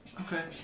Okay